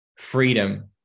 freedom